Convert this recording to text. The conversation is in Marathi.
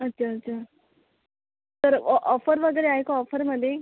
अच्छा अच्छा तर ऑफर वगैरे आहे का ऑफरमध्ये